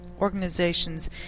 organizations